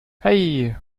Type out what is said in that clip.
hey